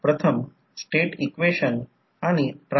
तर E1 4500 आहे म्हणून आपल्याला 0